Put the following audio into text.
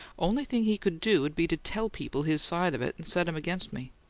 only thing he could do'd be to tell people his side of it, and set em against me.